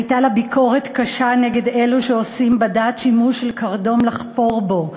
הייתה לה ביקורת קשה נגד אלו שעושים בדת שימוש של קרדום לחפור בו.